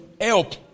help